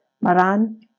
Maran